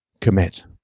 commit